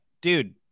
dude